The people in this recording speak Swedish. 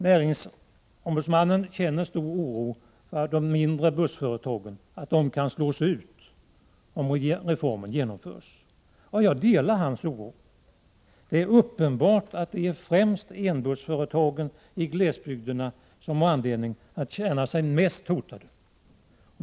Näringsfrihetsombudsmannen hyser stor oro för att de mindre bussföretagen kan slås ut om reformen genomförs. Jag delar hans oro. Det är uppenbart att det främst är enbussföretagen i glesbygderna som har anledning att känna sig mest hotade.